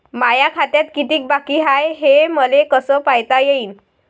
माया खात्यात कितीक बाकी हाय, हे मले कस पायता येईन?